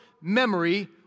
memory